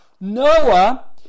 Noah